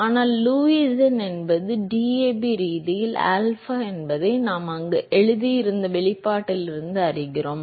ஆனால் லூயிஸ் எண் என்பது DAB ரீதியில் ஆல்பா என்பதை நாம் அங்கு எழுதியிருந்த வெளிப்பாட்டிலிருந்து அறிகிறோம்